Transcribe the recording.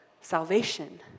salvation